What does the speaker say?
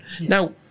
Now